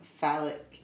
phallic